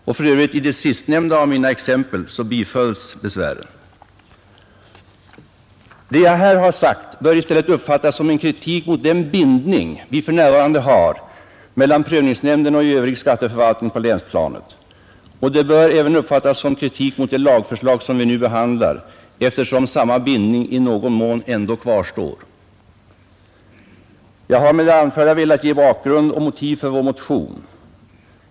Och i det sistnämnda av mina exempel bifölls för övrigt besvären. Det jag har sagt bör i stället uppfattas som kritik mot den bindning vi för närvarande har mellan prövningsnämnden och övrig skatteförvaltning på länsplanet. Och det bör även uppfattas som kritik mot det lagförslag vi nu behandlar, eftersom samma bindning i någon mån ändå kvarstår. Jag har med det anförda velat ge bakgrund och motiv för vår motion.